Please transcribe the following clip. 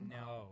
no